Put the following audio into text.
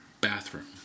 bathroom